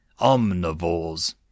Omnivores